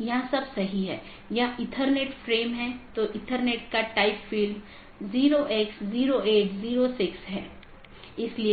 जैसे मैं कहता हूं कि मुझे वीडियो स्ट्रीमिंग का ट्रैफ़िक मिलता है या किसी विशेष प्रकार का ट्रैफ़िक मिलता है तो इसे किसी